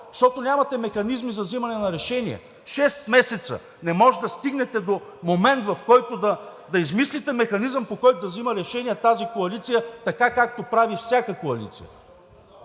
Защото нямате механизми за взимане на решения. Шест месеца не можете да стигнете до момент, в който да измислите механизъм, по който да взима решения тази коалиция, така както прави всяка коалиция.